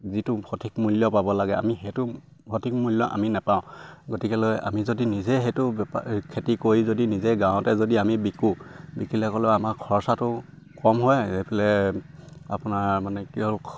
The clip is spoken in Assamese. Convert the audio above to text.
যিটো সঠিক মূল্য পাব লাগে আমি সেইটো সঠিক মূল্য আমি নেপাওঁ গতিকেলৈ আমি যদি নিজে সেইটো বেপাৰ খেতি কৰি যদি নিজে গাঁৱতে যদি আমি বিকো বিকিলে ক'লে আমাৰ খৰচাটো কম হয় এইফালে আপোনাৰ মানে কি হ'ল